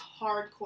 hardcore